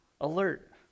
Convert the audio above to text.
Alert